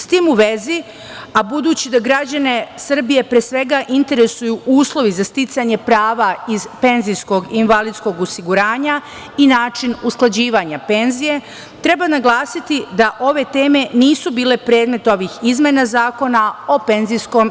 S tim u vezi, a budući da građane Srbije, pre svega, interesuju uslovi za sticanje prava iz penzijskog i invalidskog osiguranja i način usklađivanja penzije, treba naglasiti da ove teme nisu bile predmet ovih izmena Zakona o PIO.